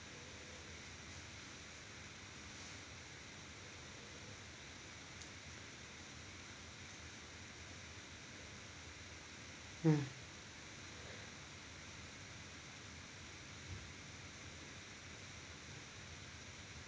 uh